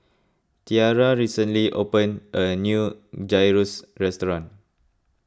Tiarra recently opened a new Gyros Restaurant